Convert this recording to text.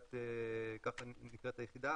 ככה נקראת היחידה.